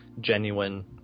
genuine